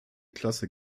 klasse